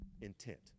intent